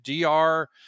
dr